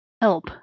help